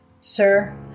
Sir